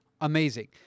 Amazing